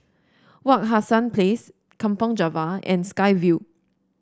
Wak Hassan Place Kampong Java and Sky Vue